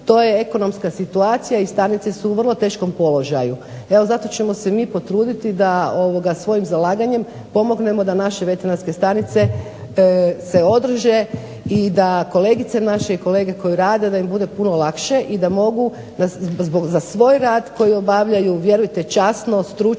To je ekonomska situacija i stanice su u vrlo teškom položaju. Evo zato ćemo se mi potruditi da svojim zalaganjem pomognemo da naše veterinarske stanice se održe i da kolegice naše i kolege koji rade da im bude puno lakše i da mogu za svoj rad koji obavljaju vjerujte časno, stručno,